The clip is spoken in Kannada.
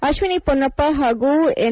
ಅಶ್ವಿನಿ ಪೊನ್ನಪ್ಪ ಹಾಗೂ ಎನ್